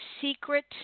secret